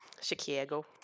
Chicago